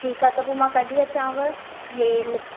ठीकु आहे त पोइ मां कढी अचांव हे